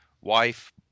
wife